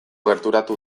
gerturatu